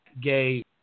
gay